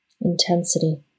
intensity